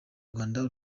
rwanda